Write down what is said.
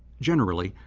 generally,